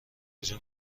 کجا